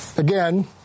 Again